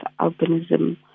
albinism